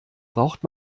braucht